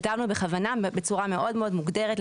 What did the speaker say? כתבנו בכוונה בצורה מאוד מאוד מוגדרת,